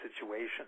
situation